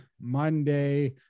monday